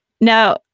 Now